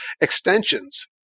extensions